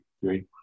three